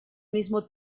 mismo